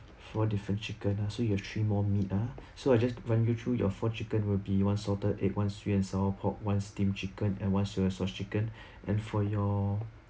four different chicken lah so you have three more meat ah so I just run you through your four chicken will be one salted egg one sweet and sour pork one steam chicken and one soy sauce chicken and for your